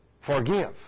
forgive